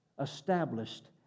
established